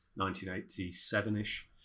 1987-ish